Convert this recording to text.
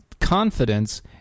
confidence